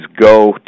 go